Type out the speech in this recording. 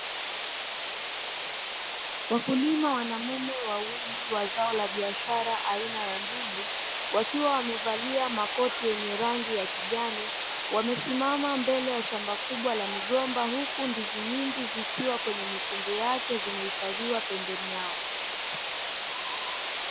Wakulima wanaume wawili wa zao la biashara aina ya ndizi wakiwa wamevalia makoti yenye rangi ya kijani, wamesimama mbele ya shamba kubwa la migomba, huku ndizi nyingi zikiwa kwenye mikungu yake zimehifadhiwa pembeni yao.